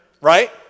right